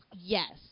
yes